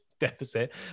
deficit